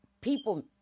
People